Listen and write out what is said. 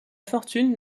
fortune